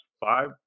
five